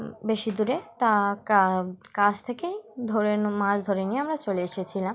বেশি দূরে তা কাছ থেকেই ধরে মাছ ধরে নিয়ে আমরা চলে এসেছিলাম